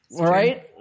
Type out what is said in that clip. right